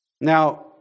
Now